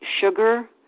sugar